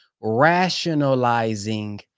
rationalizing